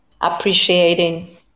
appreciating